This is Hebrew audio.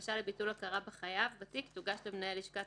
בקשה לביטול הכרה בחייב בתיק תוגש למנהל לשכת